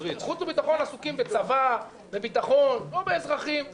בחוץ וביטחון עסוקים בצבא, בביטחון, לא באזרחים.